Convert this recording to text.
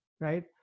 right